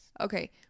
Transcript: Okay